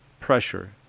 pressure